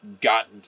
got